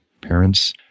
parents